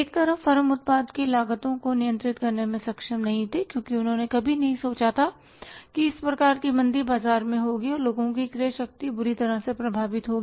एक तरफ फर्म उत्पाद की लागत को नियंत्रित करने में सक्षम नहीं थे क्योंकि उन्होंने कभी नहीं सोचा था कि इस प्रकार की मंदी बाजार में होगी और लोगों की क्रय शक्ति बुरी तरह से प्रभावित होगी